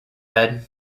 bed